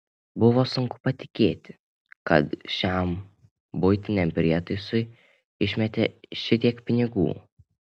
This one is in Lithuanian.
buvo sunku patikėti kad šiam buitiniam prietaisui išmetė šitiek pinigų